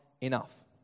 enough